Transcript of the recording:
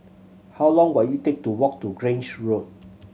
how long will it take to walk to Grange Road